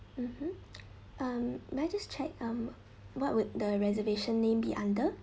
mmhmm mm may I just check um what would the reservation name be under